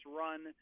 run